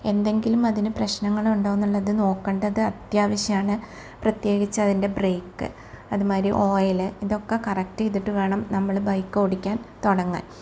എന്തെങ്കിലും അതിന് പ്രശ്നങ്ങളുണ്ടോ എന്നുള്ളത് നോക്കേണ്ടത് അത്യാവശ്യമാണ് പ്രത്യേകിച്ചതിൻ്റെ ബ്രേക്ക് അതുമാതിരി ഓയില് ഇതൊക്കെ കറക്റ്റ ചെയ്തിട്ട് വേണം നമ്മൾ ബൈക്കോടിക്കാൻ തുടങ്ങാൻ